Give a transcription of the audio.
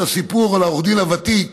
את הסיפור על עורך הדין הוותיק